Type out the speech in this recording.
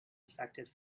effective